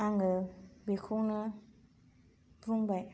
आङो बेखौनो बुंबाय